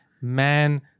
man